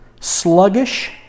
sluggish